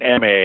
MA